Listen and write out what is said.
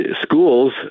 Schools